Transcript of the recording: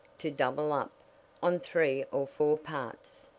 to double up on three or four parts.